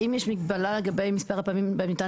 האם יש מגבלה לגבי מספר הפעמים בהם ניתן